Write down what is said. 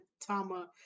Tama